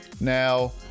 now